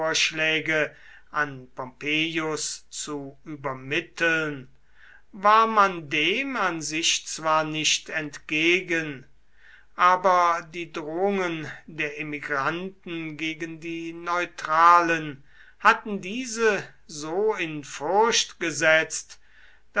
an pompeius zu übermitteln war man dem an sich zwar nicht entgegen aber die drohungen der emigranten gegen die neutralen hatten diese so in furcht gesetzt